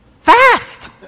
Fast